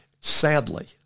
sadly